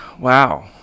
Wow